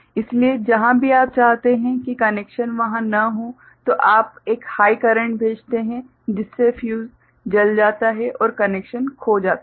इसलिए जहां भी आप चाहते हैं कि कनेक्शन वहां न हो तो आप एक हाइ करेंट भेजते हैं जिससे फ्यूज जल जाता है और कनेक्शन खो जाता है